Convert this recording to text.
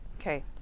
Okay